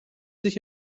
sich